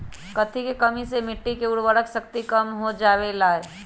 कथी के कमी से मिट्टी के उर्वरक शक्ति कम हो जावेलाई?